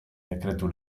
dekretu